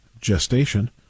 gestation